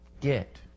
get